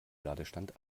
ladestand